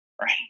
right